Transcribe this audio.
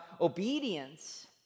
obedience